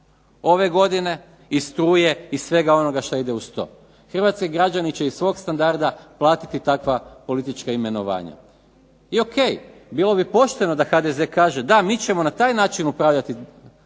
ove godine i struje i svega onoga što ide uz to. Hrvatski građani će iz svog standarda platiti takva politička imenovanja. I o.k. bilo bi pošteno da HDZ kaže da mi ćemo na taj način upravljati